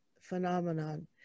phenomenon